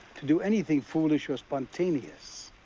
to do anything foolish or spontaneous.